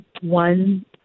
one